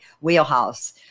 wheelhouse